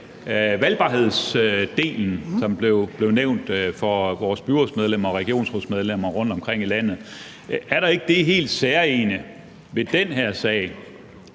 valgbarhedsdelen, som blev nævnt, for vores byrådsmedlemmer og regionsrådsmedlemmer rundtomkring i landet: Er der ikke det helt særegne ved den her sag